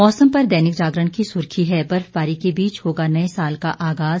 मौसम पर दैनिक जागरण की सुर्खी है बर्फबारी के बीच होगा नए साल का आगाज